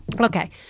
Okay